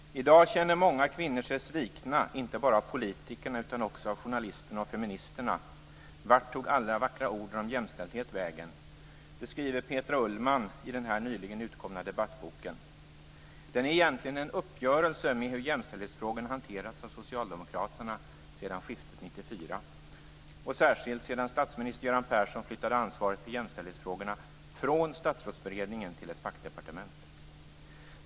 Herr talman! I dag känner många kvinnor sig svikna, inte bara av politikerna, utan också av journalisterna och feministerna. Vart tog alla vackra ord om jämställdhet vägen? Det skriver Petra Ulmanen i en nyligen utkommen debattbok. Den är egentligen en uppgörelse med hur jämställdhetsfrågorna hanterats av socialdemokraterna sedan regeringsskiftet 1994 - och särskilt sedan statsminister Göran Persson flyttade ansvaret för jämställdhetsfrågorna från Statsrådsberedningen till ett fackdepartement.